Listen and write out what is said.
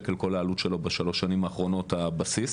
שקל כל העלות שלו בשלוש השנים האחרונות הבסיס,